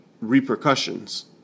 repercussions